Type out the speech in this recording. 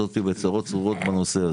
והעיר הזאת בצרות צרורות בנושא הזה.